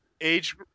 age